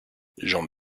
j’en